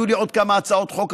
יהיו לי עוד כמה הצעות חוק,